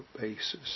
basis